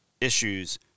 issues